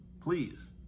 please